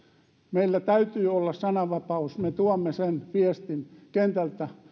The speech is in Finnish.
meillä täytyy olla sananvapaus me tuomme viestiä kentältä